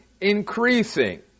increasing